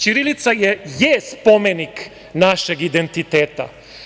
Ćirilica je spomenik našeg identiteta.